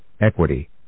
equity